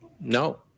No